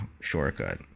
shortcut